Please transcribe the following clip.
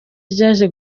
ryaje